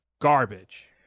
garbage